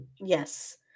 Yes